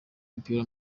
w’umupira